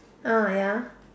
uh ya